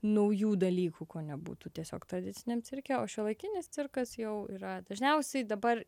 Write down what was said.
naujų dalykų ko nebūtų tiesiog tradiciniam cirke o šiuolaikinis cirkas jau yra dažniausiai dabar